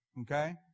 Okay